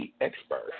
expert